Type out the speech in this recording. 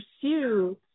pursue